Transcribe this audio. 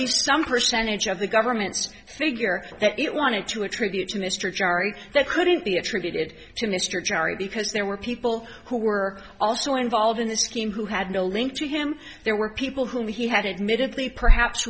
least some percentage of the government's figure that it wanted to attribute to mr jari that couldn't be attributed to mr cherry because there were people who were also involved in this scheme who had no link to him there were people who he had admitted lee perhaps